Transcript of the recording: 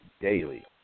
daily